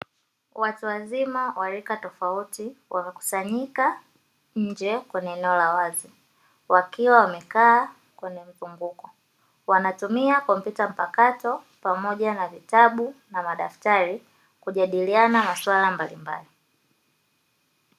Watu wazima wa rika tofauti wamekusanyika nje kwenye eneo la wazi wakiwa wamekaa kwenye mzunguko, wanatumia kompyuta mpakato pamoja na vitabu na madaftari kujadiliana maswala mbalimbali.